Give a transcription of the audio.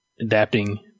adapting